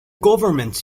governments